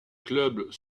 clubs